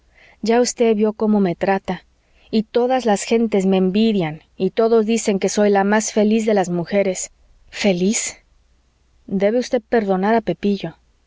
ya usted ha visto cómo me trata y todas las gentes me envidian y todos dicen que soy la más feliz de las mujeres feliz debe usted perdonar a pepillo